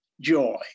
joy